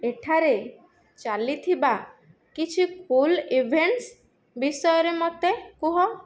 ଏଠାରେ ଚାଲିଥିବା କିଛି ପୁଲ୍ ଇଭେଣ୍ଟସ୍ ବିଷୟରେ ମୋତେ କୁହ